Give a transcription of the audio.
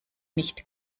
nicht